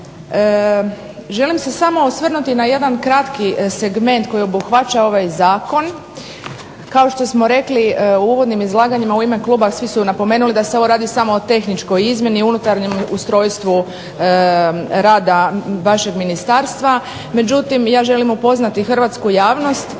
Želim se samo osvrnuti na jedan kratki segment koji obuhvaća ovaj zakon. Kao što smo rekli u uvodnim izlaganjima u ime kluba svi su napomenuli da se ovo radi o tehničkoj izmjeni, unutarnjem ustrojstvu rada vašeg ministarstva, međutim ja želim upoznati hrvatsku javnost